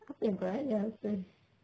apa yang kurang ajar